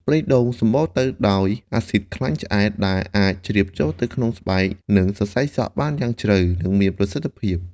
ប្រេងដូងសម្បូរទៅដោយអាស៊ីតខ្លាញ់ឆ្អែត ដែលអាចជ្រាបចូលទៅក្នុងស្បែក និងសរសៃសក់បានយ៉ាងជ្រៅ និងមានប្រសិទ្ធភាព។